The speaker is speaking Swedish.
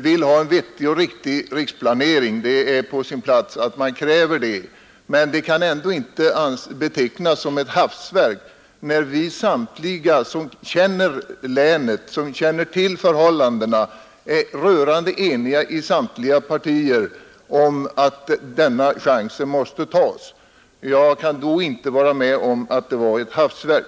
vill ha en vettig och riktig riksplanering — det är på sin plats att man kräver det; men det kan ändå inte betecknas som ett hafsverk när vi som känner länet och känner till förhållandena är rörande eniga inom samtliga partier om att denna chans måste tas. Jag kan inte vara med om att kalla det ett hafsverk.